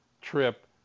trip